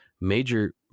major